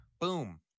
boom